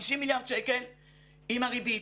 עם הריבית.